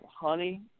honey